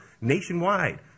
nationwide